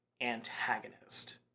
antagonist